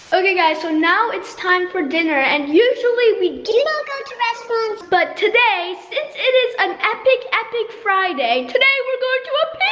okay guys, so now it's time for dinner and usually we do not go to restaurants but today, since it is an epic, epic friday, today we're going to a